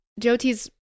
Jyoti's